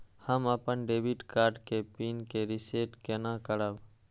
हम अपन debit card के पिन के रीसेट केना करब?